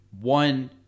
one